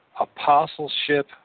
Apostleship